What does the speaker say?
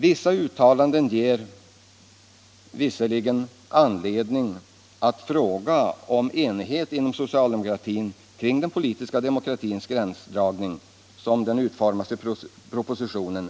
Vissa uttalanden ger visserligen anledning att fråga om enigheten verkligen är så stor inom socialdemokratin kring den politiska demokratins gränsdragning, såsom den utformas i propositionen.